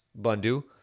Bundu